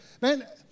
Man